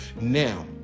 Now